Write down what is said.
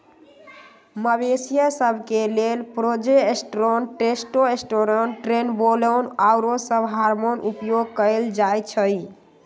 मवेशिय सभ के लेल प्रोजेस्टेरोन, टेस्टोस्टेरोन, ट्रेनबोलोन आउरो सभ हार्मोन उपयोग कयल जाइ छइ